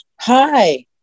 Hi